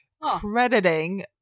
crediting